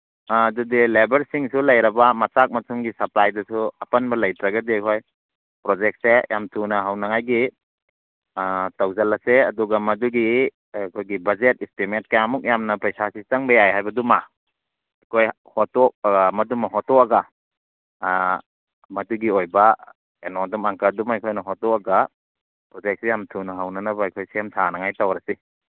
ꯑꯥ ꯑꯗꯨꯗꯤ ꯂꯦꯕꯔꯁꯤꯡꯁꯨ ꯂꯩꯔꯕ ꯃꯆꯥꯛ ꯃꯊꯨꯝꯒꯤ ꯁꯄ꯭ꯂꯥꯏꯗꯨꯁꯨ ꯑꯄꯥꯟꯕ ꯂꯩꯇ꯭ꯔꯒꯗꯤ ꯑꯩꯈꯣꯏ ꯄ꯭ꯔꯣꯖꯦꯛꯁꯦ ꯌꯥꯝ ꯊꯨꯅ ꯍꯧꯅꯉꯥꯏꯒꯤ ꯇꯧꯁꯤꯜꯂꯁꯦ ꯑꯗꯨꯒ ꯃꯗꯨꯒꯤ ꯑꯩꯈꯣꯏ ꯕꯖꯦꯠ ꯏꯁꯇꯤꯃꯦꯠ ꯀꯌꯥꯃꯨꯛ ꯌꯥꯝꯅ ꯄꯩꯁꯥꯁꯤ ꯆꯪꯕ ꯌꯥꯏ ꯍꯥꯏꯕꯗꯨ ꯑꯃ ꯑꯩꯈꯣꯏ ꯃꯗꯨ ꯑꯃ ꯍꯣꯇꯣꯛꯑꯒ ꯃꯗꯨꯒꯤ ꯑꯣꯏꯕ ꯀꯩꯅꯣ ꯑꯪꯀꯗꯨ ꯑꯃ ꯑꯩꯈꯣꯏꯅ ꯍꯣꯇꯣꯛꯑꯒ ꯄ꯭ꯔꯣꯖꯦꯛꯁꯤ ꯌꯥꯝ ꯊꯨꯅ ꯍꯧꯅꯅꯕ ꯑꯩꯈꯣꯏ ꯁꯦꯝ ꯁꯥꯅꯉꯥꯏ ꯇꯧꯔꯁꯤ